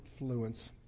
influence